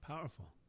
Powerful